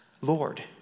Lord